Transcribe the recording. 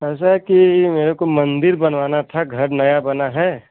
ऐसा है कि मेरे को मंदिर बनवाना था घर नया बना है